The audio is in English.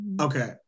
okay